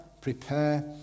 prepare